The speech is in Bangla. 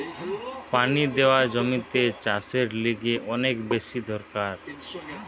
পানি দেওয়া জমিতে চাষের লিগে অনেক বেশি দরকার